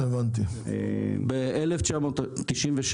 ב-1997